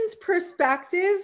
perspective